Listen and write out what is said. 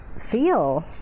feel